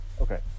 Okay